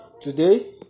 Today